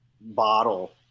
bottle